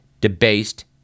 debased